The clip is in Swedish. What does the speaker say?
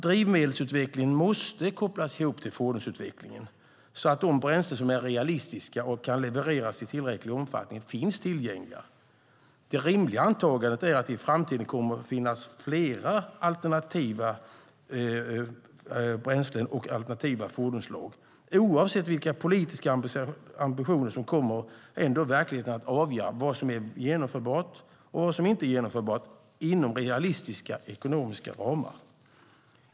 Drivmedelsutvecklingen måste kopplas ihop med fordonsutvecklingen så att de bränslen som är realistiska och kan levereras i tillräcklig omfattning finns tillgängliga. Det rimliga antagandet är att det i framtiden kommer att finnas flera alternativa bränslen och fordonsslag. Oavsett politiska ambitioner kommer verkligheten ändå att avgöra vad som är genomförbart och vad som inte är genomförbart inom realistiska ekonomiska ramar.